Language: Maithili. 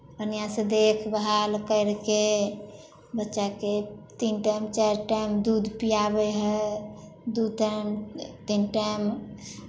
बढ़िआँसँ देखभाल करि कऽ बच्चाकेँ तीन टाइम चारि टाइम दूध पियाबै हइ दू टाइम तीन टाइम